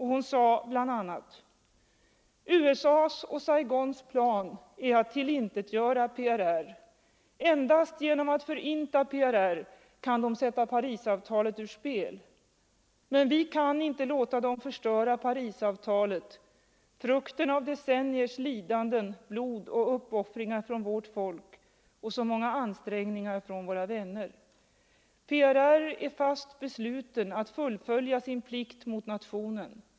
Hon sade bl.a.: ”USA:s och Saigons plan är att tillintetgöra PRR. Endast genom att förinta PRR kan de sätta Parisavtalet ur spel. Men vi kan inte låta dem förstöra Parisavtalet, frukten av decenniers lidanden, blod och uppoffringar från vårt folk och så många ansträngningar från våra vänner. PRR är fast besluten att fullfölja sin plikt mot nationen.